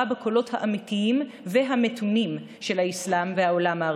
בקולות האמיתיים והמתונים של האסלאם והעולם הערבי,